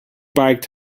biked